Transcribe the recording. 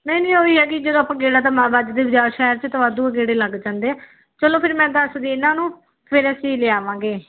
ਨਹੀਂ ਨਹੀਂ ਉਹ ਹੀ ਆ ਕਿ ਜਦੋਂ ਆਪਾਂ ਗੇੜਾ ਤਾਂ ਮੈਂ ਵੱਜਦੇ ਜਾ ਸ਼ਹਿਰ 'ਚ ਤਾਂ ਵਾਧੂ ਓ ਗੇੜੇ ਲੱਗ ਜਾਂਦੇ ਆ ਚਲੋ ਫਿਰ ਮੈਂ ਦੱਸਦੀ ਇਹਨਾਂ ਨੂੰ ਸਵੇਰੇ ਅਸੀਂ ਲਿਆਵਾਂਗੇ